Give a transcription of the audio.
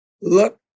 look